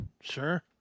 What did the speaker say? Sure